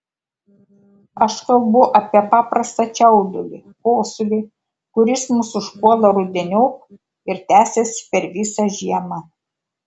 aš kalbu apie paprastą čiaudulį kosulį kuris mus užpuola rudeniop ir tęsiasi per visą žiemą